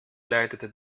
leitete